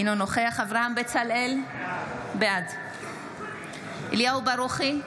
אינו נוכח אברהם בצלאל, בעד אליהו ברוכי,